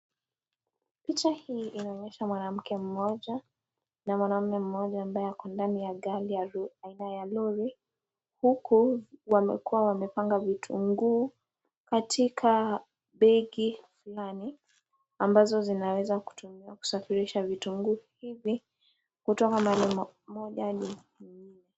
Picha hii inaonyesha mwanamke mmoja na mwanamume mmoja ambaye ako ndani ya gari ya aina ya lori, huku wamekuwa wamepanga vitunguu katika begi fulani ambazo zinaweza kutumiwa kusafirisha vitunguu hivi kutoka mahali moja hadi mwingine.